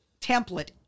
template